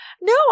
no